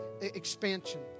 expansion